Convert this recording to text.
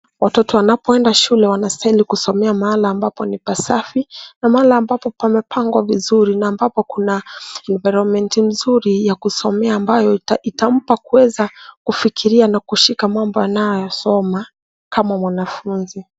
Watoto wanapoenda shule wanastahili kusomea mahala ambapo ni pasafi na mahala ambapo pamepangwa vizuri na ambapo kuna environment nzuri ya kusomea, ambayo itampa kuweza kufikiria na kushika mambo anayoyasoma kama mwanafunzi.